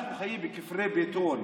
אנחנו חיים בכפרי בטון.